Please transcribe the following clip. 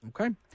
Okay